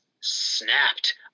snapped